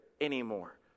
anymore